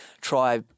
try